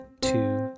two